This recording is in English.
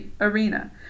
arena